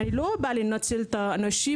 אני לא באה לנצל את האנשים,